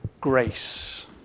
grace